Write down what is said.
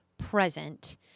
present